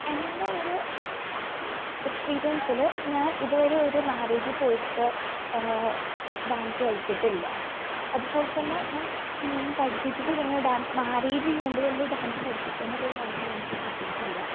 എൻ്റെ ഒരു എക്സ്പീരിയൻസിൽ ഞാൻ ഇതുവരെ ഒരു മാരേജ് പോയിട്ട് ഡാൻസ് കളിച്ചിട്ടില്ല അതുപോലെത്തന്നെ ഞാൻ പഠിപ്പിച്ചിട്ടുമില്ല ഇങ്ങനെ ഡാൻസ് മാരേജ് ഇവൻ്റുകളിൽ ഡാൻസ് പഠിപ്പിക്കാനുള്ള ഒരവസരം എനിക്ക് കിട്ടിയിട്ടില്ല